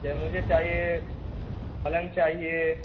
جو مجھے چاہیے پلنگ چاہیے